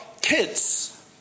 kids